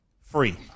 Free